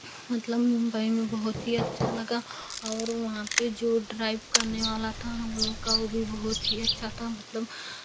मतलब मुंबई में बहुत ही अच्छा लगा और वहाँ पे जो ड्राइव करने वाला था हम लोगों का वो भी बहुत ही अच्छा था मतलब